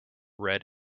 red